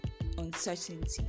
uncertainty